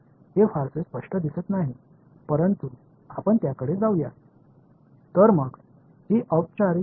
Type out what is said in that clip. எனவே இந்த ஒருங்கிணைந்த சமன்பாடுகளை முறையாக பார்ப்போம்